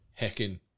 heckin